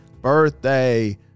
birthday